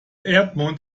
erdmond